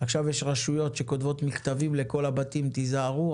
עכשיו יש רשויות שכותבות מכתבים לכל הבתים: תיזהרו,